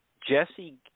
Jesse –